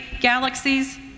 galaxies